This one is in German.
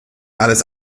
alles